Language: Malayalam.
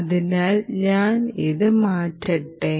അതിനാൽ ഞാൻ അത് മാറ്റട്ടെ